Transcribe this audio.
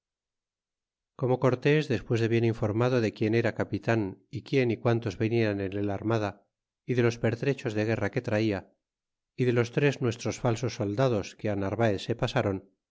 como cortes despues de bien informado de quien era capitan y quien y quantos venian en el armada y de los pertrechos de guerra que traia y de los tres nuestros falsos soldados que narvaez se